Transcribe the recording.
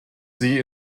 sie